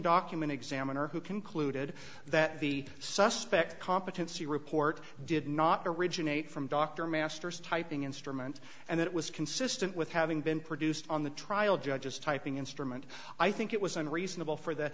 document examiner who concluded that the suspect competency report did not originate from dr masters typing instrument and that it was consistent with having been produced on the trial judge's typing instrument i think it was unreasonable for the